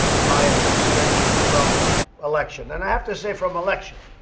my administration, from election. and, i have to say from election.